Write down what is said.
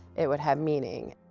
it would have meaning.